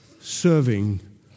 serving